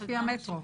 לפי המטרו.